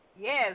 Yes